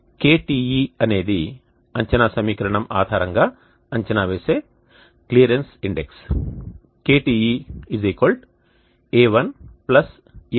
KTe అనేది అంచనా సమీకరణం ఆధారంగా అంచనా వేసిన క్లియరెన్స్ ఇండెక్స్ KTeA1A2sinτA3cosτ